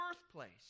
birthplace